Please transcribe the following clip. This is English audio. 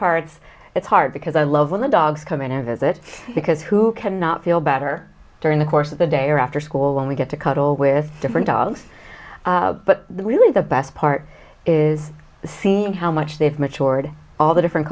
parts it's hard because i love when the dogs come in a visit because who cannot feel better during the course of the day or after school when we get to cuddle with different dogs but really the best part is seeing how much they've maturity all the different